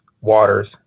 waters